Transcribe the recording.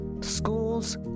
Schools